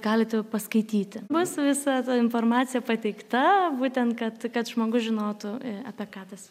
galite paskaityti bus visa ta informacija pateikta būtent kad kad žmogus žinotų apie ką tas